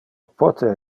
pote